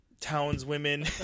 townswomen